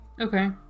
okay